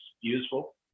useful